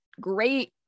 great